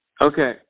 Okay